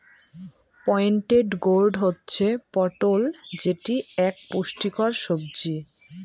pointed gourd হচ্ছে পটল যেটি এক পুষ্টিকর সবজি